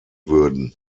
würden